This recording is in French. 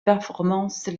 performances